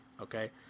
Okay